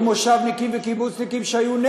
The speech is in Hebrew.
היו מושבניקים וקיבוצניקים שהיו בעד